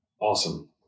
Awesome